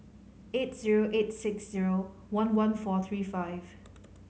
eight zero eight six zero one one four three five